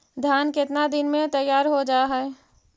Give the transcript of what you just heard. धान केतना दिन में तैयार हो जाय है?